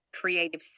creative